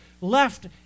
left